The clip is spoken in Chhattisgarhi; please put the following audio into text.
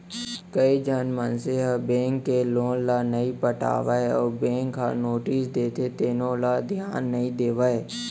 कइझन मनसे ह बेंक के लोन ल नइ पटावय अउ बेंक ह नोटिस देथे तेनो ल धियान नइ देवय